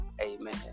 Amen